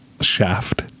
shaft